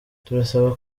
turasaba